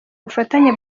bufatanye